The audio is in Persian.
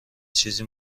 چیزی